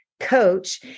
coach